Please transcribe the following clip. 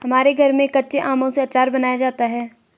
हमारे घर में कच्चे आमों से आचार बनाया जाता है